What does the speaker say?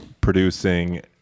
producing